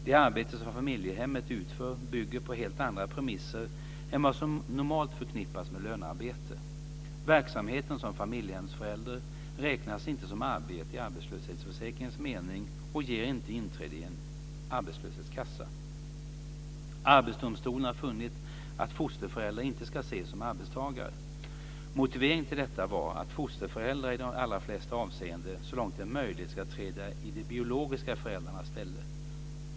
Det arbete som familjehemmet utför bygger på helt andra premisser än vad som normalt förknippas med lönearbete. Verksamheten som familjehemsförälder räknas inte som arbete i arbetslöshetsförsäkringens mening och ger inte inträde i en arbetslöshetskassa. · Arbetsdomstolen har funnit att fosterföräldrar inte ska ses som arbetstagare. Motiveringen till detta var att fosterföräldrar i de allra flesta avseenden så långt det är möjligt ska träda i de biologiska föräldrarnas ställe.